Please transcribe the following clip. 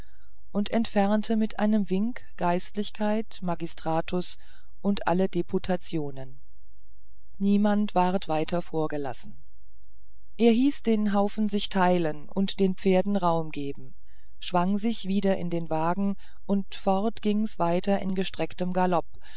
aufstehen entfernte mit einem wink geistlichkeit magistratus und alle deputationen niemand ward weiter vorgelassen er hieß den haufen sich teilen und den pferden raum geben schwang sich wieder in den wagen und fort ging's weiter in gestrecktem galopp